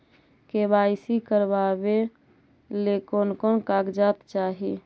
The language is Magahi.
के.वाई.सी करावे ले कोन कोन कागजात चाही?